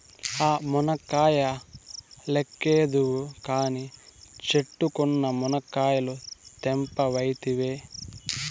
ఆ మునక్కాయ లెక్కేద్దువు కానీ, చెట్టుకున్న మునకాయలు తెంపవైతివే